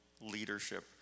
leadership